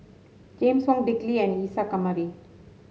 James Wong Dick Lee and Isa Kamari